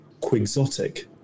quixotic